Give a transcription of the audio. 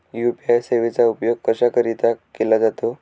UPI सेवेचा उपयोग कशाकरीता केला जातो?